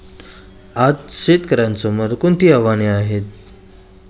आज शेतकऱ्यांसमोर कोणती आव्हाने आहेत?